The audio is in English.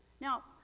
Now